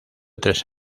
tres